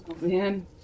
man